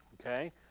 okay